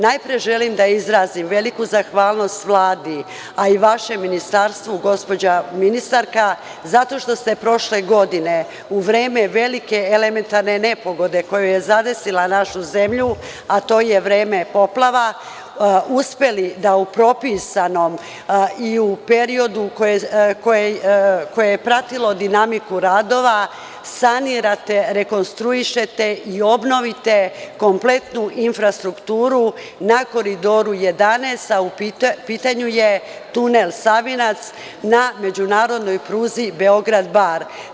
Najpre, želim da izrazim veliku zahvalnost Vladi, ali vašem Ministarstvu gospođo ministarka zato što ste prošle godine u vreme velike elementarne nepogode koja je zadesila našu zemlju, a to je vreme poplava uspeli da u propisanom i u periodu koje je pratilo dinamiku radova sanirate, rekonstruišete i obnovite kompletnu infrastrukturu na Koridoru 11, u pitanju je tunel „Savinac“ na međunarodnoj pruzi Beograd – Bar.